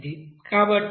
కాబట్టి ఇది Qp Qv